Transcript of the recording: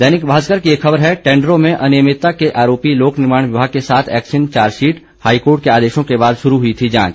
दैनिक भास्कर की एक खबर है टेंडरों में अनियमितता के आरोपी लोक निर्माण विभाग के सात एक्सईएन चार्जशीट हाईकोर्ट के आदेशों के बाद शुरू हुई थी जांच